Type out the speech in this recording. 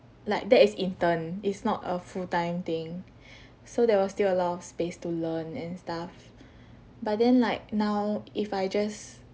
like that is intern it's not a full time thing so there was still a lot of space to learn and stuff but then like now if I just